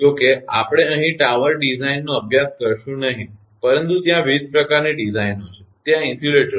જોકે આપણે અહીં ટાવર ડિઝાઇનનો અભ્યાસ કરીશું નહીં પરંતુ ત્યાં વિવિધ પ્રકારની ડિઝાઇનો છે ત્યાં ઇન્સ્યુલેટરસ છે